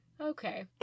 Okay